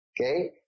okay